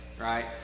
right